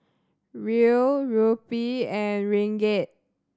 Riel Rupee and Ringgit